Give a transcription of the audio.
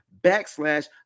backslash